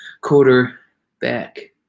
quarterback